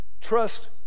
Trust